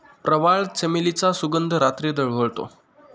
प्रवाळ, चमेलीचा सुगंध रात्री दरवळतो